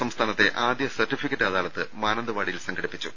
സംസ്ഥാനത്തെ ആദ്യ സർട്ടിഫിക്കറ്റ് അദാലത്ത് മാനന്തവാടിയിൽ സംഘ ടിപ്പിച്ചു